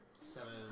Seven